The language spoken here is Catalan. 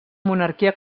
monarquia